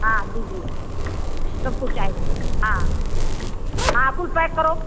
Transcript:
हाँ दीजिए सब कुछ चाएगा हाँ हाँ कुल पैक करो